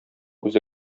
үзе